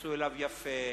ויתייחסו אליו יפה,